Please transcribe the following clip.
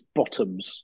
bottoms